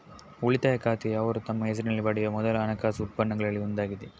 ಉಳಿತಾಯ ಖಾತೆಯುಅವರು ತಮ್ಮ ಹೆಸರಿನಲ್ಲಿ ಪಡೆಯುವ ಮೊದಲ ಹಣಕಾಸು ಉತ್ಪನ್ನಗಳಲ್ಲಿ ಒಂದಾಗಿದೆ